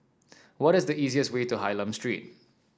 what is the easiest way to Hylam Street